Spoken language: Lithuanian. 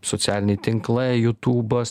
socialiniai tinklai jutūbas